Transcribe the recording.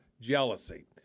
jealousy